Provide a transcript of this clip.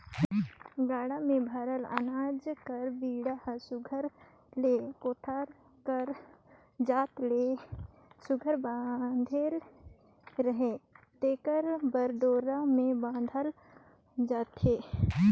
गाड़ा मे भराल अनाज कर बीड़ा हर सुग्घर ले कोठार कर जात ले सुघर बंधाले रहें तेकर बर डोरा मे बाधल जाथे